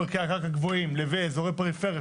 ערכי הקרקע גבוהים לבין אזורי פריפריה,